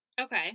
Okay